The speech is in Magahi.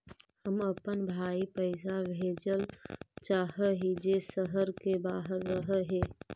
हम अपन भाई पैसा भेजल चाह हीं जे शहर के बाहर रह हे